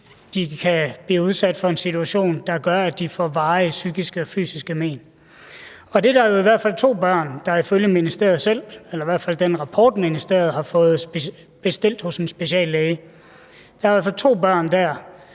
de kan blive udsat for en situation, der gør, at de får varige psykiske og fysiske men, og det er der jo i hvert fald to børn der ifølge ministeriet selv – eller i hvert fald den rapport, ministeriet har fået bestilt hos en speciallæge – vil få. Mit spørgsmål